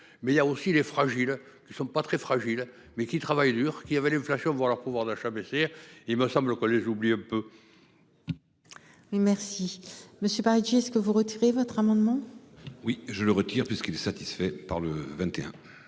Mais il y a aussi les fragiles qui ne sont pas très fragile mais qui travaille dur, qui a valu une flashmob leur pouvoir d'achat Béchir. Il me semble qu'les oublie un peu. Merci Monsieur paru juste ce que vous retirez votre amendement. Oui je le retire puisqu'il est satisfait par le 21.